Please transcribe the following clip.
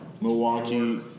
Milwaukee